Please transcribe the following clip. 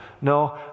No